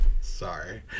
Sorry